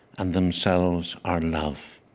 and themselves are love.